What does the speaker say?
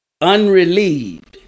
unrelieved